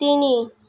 ତିନି